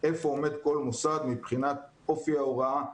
איפה עומד כל מוסד מבחינת אופי ההוראה,